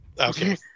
Okay